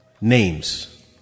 names